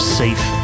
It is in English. safe